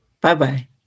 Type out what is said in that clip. Bye-bye